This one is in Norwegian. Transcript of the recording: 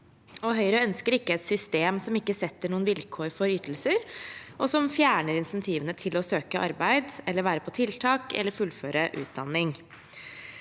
Høyre ønsker ikke et system som ikke setter noen vilkår for ytelser, og som fjerner insentivene til å søke arbeid eller være på tiltak eller fullføre utdanning,